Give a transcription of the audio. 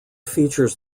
features